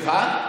סליחה?